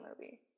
movie